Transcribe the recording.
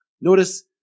Notice